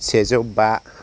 सेजौ बा